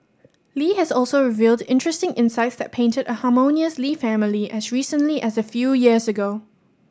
Lee has also revealed interesting insights that painted a harmonious Lee family as recently as a few years ago